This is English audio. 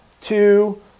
two